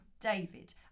David